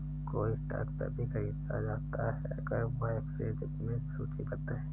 कोई स्टॉक तभी खरीदा जाता है अगर वह एक्सचेंज में सूचीबद्ध है